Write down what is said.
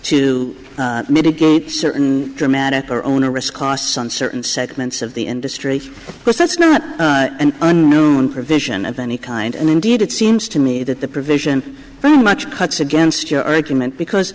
to mitigate certain dramatic or onerous costs on certain segments of the industry but that's not an unknown provision of any kind and indeed it seems to me that the provision very much cuts against your argument because